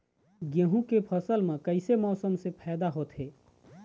गेहूं के फसल म कइसे मौसम से फायदा होथे?